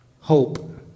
hope